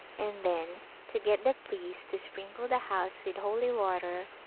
and then to get the priest to sprinkle the house with holy water,